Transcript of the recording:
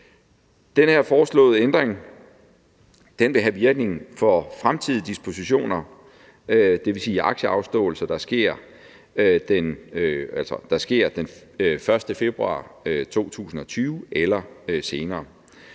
Den foreslåede ændring vil have virkning for fremtidige dispositioner, og det vil sige aktieafståelser, der sker den 1. februar i 2020 eller senere.